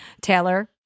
Taylor